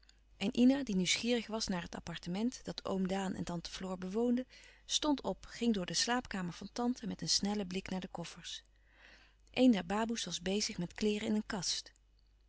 en ina die nieuwsgierig was naar het appartement dat oom daan en tante floor bewoonden stond op ging door de slaapkamer van tante met een snellen blik naar de koffers een der baboes was bezig met kleêren in een kast